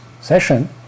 session